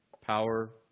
power